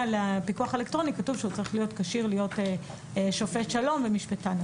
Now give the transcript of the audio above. הפיקוח האלקטרוני כתוב שהוא צריך להיות כשיר להיות שופט שלום ומשפטן,